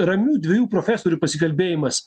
ramių dviejų profesorių pasikalbėjimas